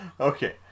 Okay